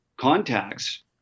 contacts